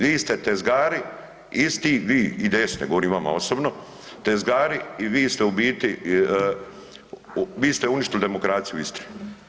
Vi ste tezgari isti, vi, IDS, ne govorim vama osobno, tezgari i vi ste u biti, vi ste uništili demokraciju u Istri.